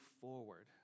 forward